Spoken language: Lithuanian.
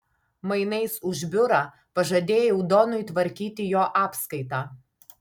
mainais už biurą pažadėjau donui tvarkyti jo apskaitą